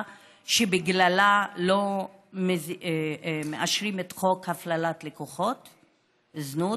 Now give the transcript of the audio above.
שבגללה לא מאשרים את חוק הפללת לקוחות זנות?